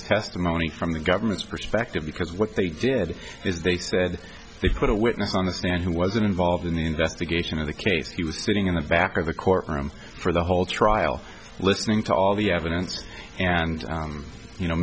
testimony from the government's perspective because what they did is they said they put a witness on the stand who wasn't involved in the investigation of the case he was sitting in the back of the courtroom for the whole trial listening to all the evidence and you know